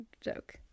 joke